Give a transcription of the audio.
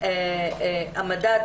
את המדד.